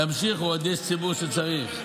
תמשיכו, עוד יש ציבור שצריך.